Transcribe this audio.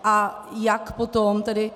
A jak potom tedy?